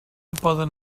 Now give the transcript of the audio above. poden